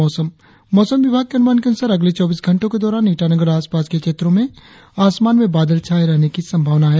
और अब मौसम मौसम विभाग के अनुमान के अनुसार अगले चौबीस घंटो के दौरान ईटानगर और आसपास के क्षेत्रो में आसमान में बादल छाये रहने की संभावना है